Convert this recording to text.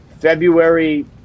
February